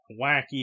wacky